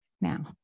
now